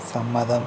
സമ്മതം